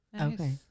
Okay